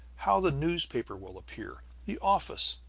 how the newspaper will appear, the office,